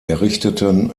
errichteten